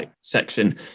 section